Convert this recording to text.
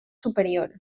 superior